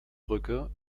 brücke